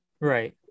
right